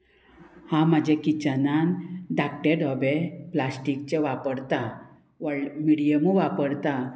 हांव म्हाज्या किचनान धाकटे ढोबे प्लास्टीकचे वापरता व्हड मिडियमूय वापरता